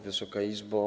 Wysoka Izbo!